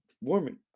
warming